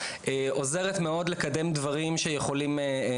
עוזרת מאוד לקדם דברים שיכולים להתעקם.